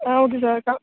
ah okay sir